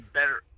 better